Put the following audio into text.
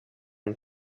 and